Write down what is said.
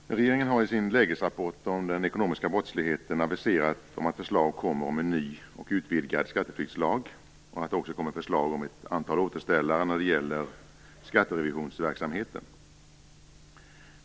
Fru talman! Regeringen har i sin lägesrapport om den ekonomiska brottsligheten aviserat att förslag kommer om en ny och utvidgad skatteflyktslag och att det också kommer förslag om ett antal återställare när det gäller skatterevisionsverksamheten.